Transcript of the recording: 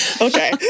Okay